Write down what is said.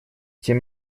тем